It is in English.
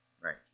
Right